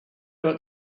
ought